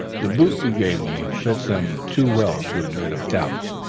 the boot you gave me fits them too well to admit of doubt,